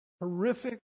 horrific